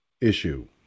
issue